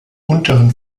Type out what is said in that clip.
unteren